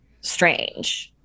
strange